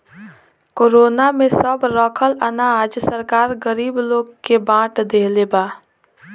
corona में सब रखल अनाज सरकार गरीब लोग के बाट देहले बा